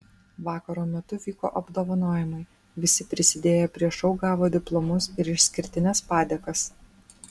vakaro metu vyko apdovanojimai visi prisidėję prie šou gavo diplomus ir išskirtines padėkas